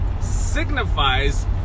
signifies